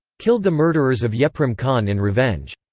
killed the murderers of yeprem khan in revenge.